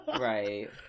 Right